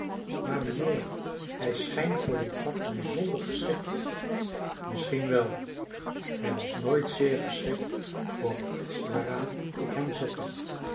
maar mijnheer hij schijnt voor dit vak bijzonder geschikt misschien wel hij was nooit zeer geschikt voor iets waaraan ik hem zette